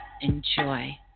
enjoy